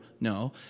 No